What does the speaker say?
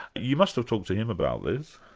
you must have talked to him about this.